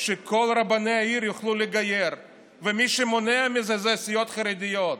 שכל רבני העיר יוכלו לגייר ומי שמונע את זה אלה הסיעות החרדיות.